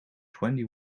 twenty